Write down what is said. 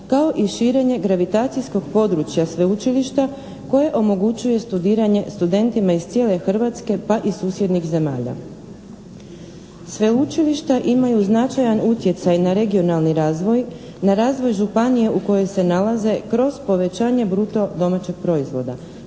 kao i širenje gravitacijskog područja sveučilišta koje omogućuje studiranje studentima iz cijele Hrvatske pa i susjednih zemalja. Sveučilišta imaju značajan utjecaj na regionalni razvoj, na razvoj županija u kojoj se nalaze kroz povećanje bruto domaćeg proizvoda,